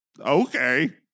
Okay